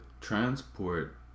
transport